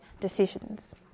decisions